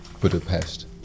Budapest